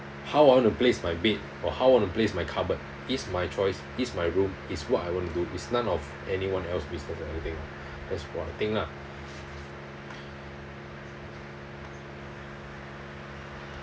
how I want to place my bed or how I want to place my cupboard is my choice is my room is what I want to do is none of anyone else business or anything that's what I think lah